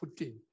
Putin